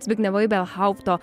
zbignevo ibelhaupto